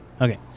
Okay